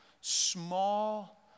small